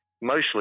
mostly